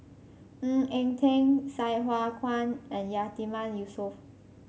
Ng Eng Teng Sai Hua Kuan and Yatiman Yusof